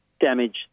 damage